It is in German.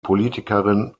politikerin